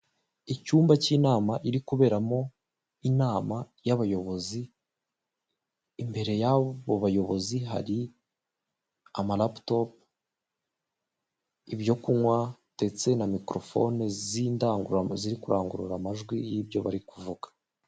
Icyumba cy'inama iri kuberamo inama y'abayobozi, imbere y'abo bayobozi hari amaraputopu, ibyo kunywa ndetse na mikorofone z'indangurura ziri kurangurura amajwi y'ibyo bari kuvuga.